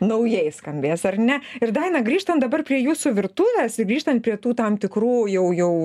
naujai skambės ar ne ir daina grįžtant dabar prie jūsų virtuvės ir grįžtant prie tų tam tikrų jau jau